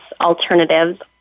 alternatives